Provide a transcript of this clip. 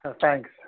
Thanks